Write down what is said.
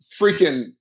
freaking